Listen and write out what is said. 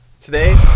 Today